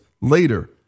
later